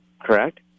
Correct